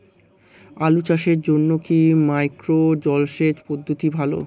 আলু চাষের জন্য কি মাইক্রো জলসেচ পদ্ধতি ভালো?